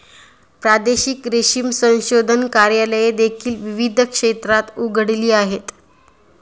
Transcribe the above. प्रादेशिक रेशीम संशोधन कार्यालये देखील विविध क्षेत्रात उघडली आहेत